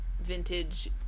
vintage